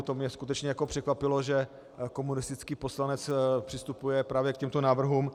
To mě skutečně překvapilo, že komunistický poslanec přistupuje právě k těmto návrhům.